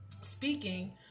speaking